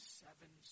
seven